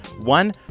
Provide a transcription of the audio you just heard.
one